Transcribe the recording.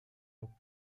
lub